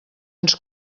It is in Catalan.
ens